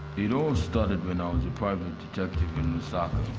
it all started when i was a private detective in lusaka.